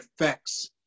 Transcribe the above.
effects